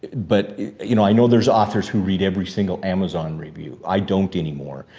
but you know i know there's authors who read every single amazon review. i don't anymore.